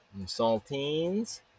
Saltines